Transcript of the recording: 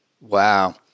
Wow